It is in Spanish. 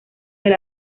del